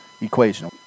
equation